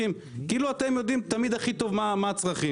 כאילו אתם יודעים תמיד הכי טוב מה הצרכים.